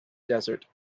desert